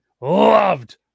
loved